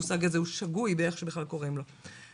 המושג הזה הוא שגוי באיך שבכלל קוראים לו.